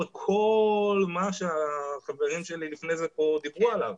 את כל מה שהחברים שלי לפני כן דיברו עליו.